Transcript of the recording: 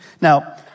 Now